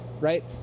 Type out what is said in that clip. Right